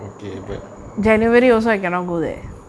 okay but